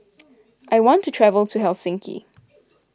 I want to travel to Helsinki